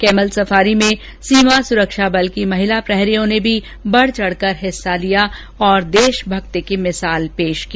camel safari में सीमा सुरक्षा बल की महिला प्रहरियों ने भी बढ चढकर हिस्सा लिया और देशभक्ति की मिसाल पेश की